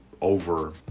over